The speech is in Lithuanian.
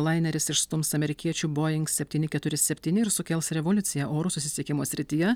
laineris išstums amerikiečių boeing septyni keturi septyni ir sukels revoliuciją oro susisiekimo srityje